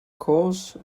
cause